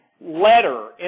letter